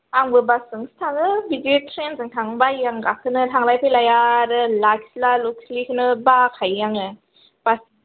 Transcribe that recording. आंबो बासजोंसो थाङो बिदि ट्रेनजों थांनो बायो आं गाखोनो थांलाय फैलाय आरो लाखिला लुखिलिखौनो बाखायो आङो बास